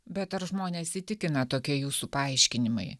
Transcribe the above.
bet ar žmones įtikina tokie jūsų paaiškinimai